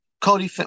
Cody